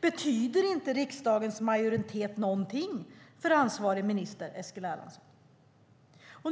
Betyder inte riksdagens majoritet någonting för ansvarig minister Eskil Erlandsson?